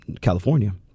California